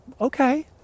okay